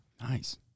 Nice